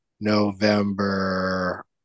November